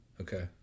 Okay